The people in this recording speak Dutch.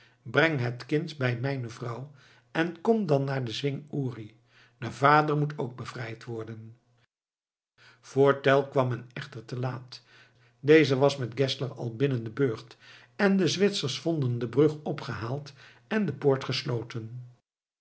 breng het kind bij mijne vrouw en kom dan naar den zwing uri de vader moet ook bevrijd worden voor tell kwam men echter te laat deze was met geszler al binnen den burcht en de zwitsers vonden de brug opgehaald en de poort gesloten